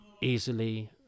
easily